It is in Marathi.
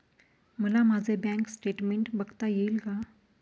मला माझे बँक स्टेटमेन्ट बघता येईल का?